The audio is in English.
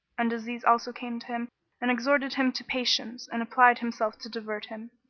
and aziz also came to him and exhorted him to patience and applied himself to divert him,